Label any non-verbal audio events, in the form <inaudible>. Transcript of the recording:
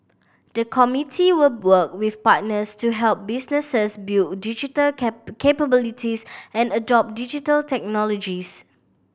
the committee will work with partners to help businesses build digital <unintelligible> capabilities and adopt Digital Technologies